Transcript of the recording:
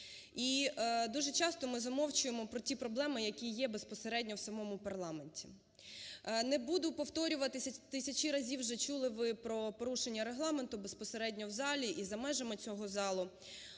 І дуже часто ми замовчуємо про ті проблеми, які є безпосередньо в самому парламенті. Не буду повторюватися, тисячі разів вже чули ви про порушення Регламенту безпосередньо в залі і за межами цього залу.